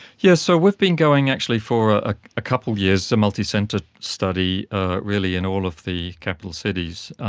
yeah so we've been going actually for ah ah a couple of years, a multicentre study ah really in all of the capital cities.